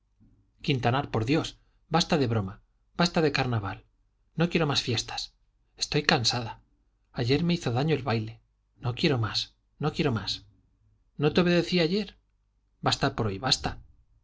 quintanar por dios basta de broma basta de carnaval no quiero más fiestas estoy cansada ayer me hizo daño el baile no quiero más no quiero más no te obedecí ayer basta por dios basta